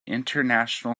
international